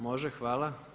Može, hvala.